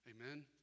Amen